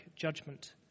judgment